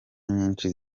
nyinshi